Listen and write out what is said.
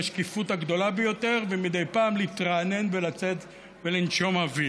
היא השקיפות הגדולה ביותר ומדי פעם להתרענן ולצאת ולנשום אוויר.